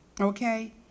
Okay